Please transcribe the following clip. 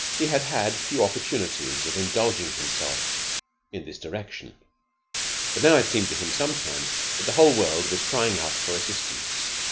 he had had few opportunities of indulging himself in this direction but now it seemed to him sometimes that the whole world was crying out for assistance.